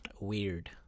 weird